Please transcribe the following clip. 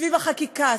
סביב החקיקה,